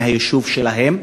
מהיישוב שלהם.